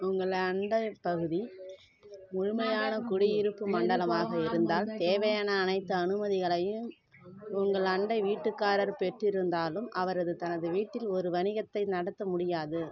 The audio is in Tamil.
உங்கள் அண்டைப்பகுதி முழுமையான குடியிருப்பு மண்டலமாக இருந்தால் தேவையான அனைத்து அனுமதிகளையும் உங்கள் அண்டை வீட்டுக்காரர் பெற்றிருந்தாலும் அவரது தனது வீட்டில் ஒரு வணிகத்தை நடத்த முடியாது